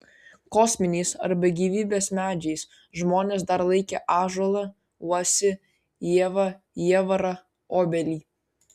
kosminiais arba gyvybės medžiais žmonės dar laikę ąžuolą uosį ievą jievarą obelį